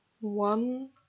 one